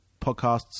podcasts